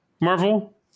Marvel